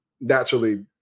Naturally